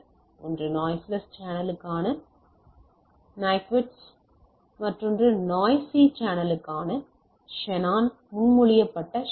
ஒன்று வாய்ஸ்லெஸ் சேனலுக்கான நிக்விஸ்ட் மற்றொன்று நாய்சி சேனலுக்காக ஷானன் முன்மொழியப்பட்ட ஷானன்